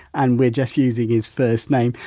and we're just using his first name.